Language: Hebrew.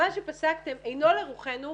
מה שפסקתם אינו לרוחנו,